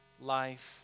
life